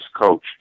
coach